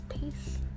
Peace